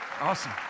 Awesome